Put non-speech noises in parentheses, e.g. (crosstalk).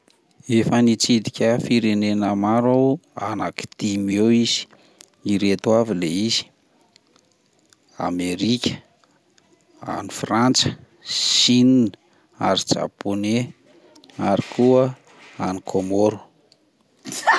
Efa nitsidika firenena maro aho anaky dimy eo izy, ireto avy le izy Amerique, any Frantsa, Chine ary Japoney, ary ko any Comore. (noise)